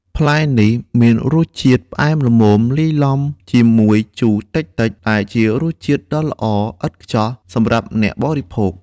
ផ្លែនេះមានរសជាតិផ្អែមល្មមលាយឡំជាមួយជូរតិចៗ ដែលជារសជាតិដ៏ល្អឥតខ្ចោះសម្រាប់អ្នកបរិភោគ។